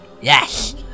Yes